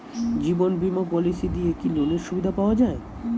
জীবন বীমা পলিসি দিয়ে কি লোনের সুবিধা পাওয়া যায়?